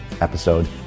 episode